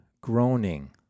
groaning